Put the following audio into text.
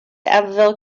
abbeville